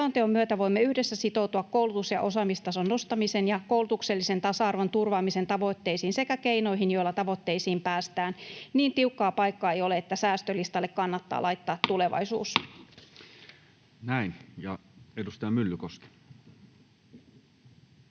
Selonteon myötä voimme yhdessä sitoutua koulutus- ja osaamistason nostamiseen ja koulutuksellisen tasa-arvon turvaamisen tavoitteisiin sekä keinoihin, joilla tavoitteisiin päästään. Niin tiukkaa paikkaa ei ole, että säästölistalle kannattaa laittaa tulevaisuus. [Speech 154] Speaker: